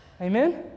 Amen